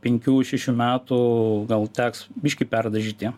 penkių šešių metų gal teks biškį perdažyti